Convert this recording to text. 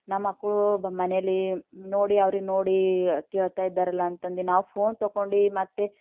ನಮ್ಮ ಮಕ್ಕಳು ಬಂದು ಮನೇಲಿ ನೋಡಿ ಅವ್ರು ನೋಡಿ ಕೇಳ್ತಾಯಿದ್ದಾರಲ್ಲ ಅಂತಂದು ನಾವು ಫೋನ್ ತಗೊಂಡು ಮತ್ತು